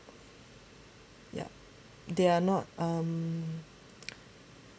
ya they are not um